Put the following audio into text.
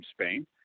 Spain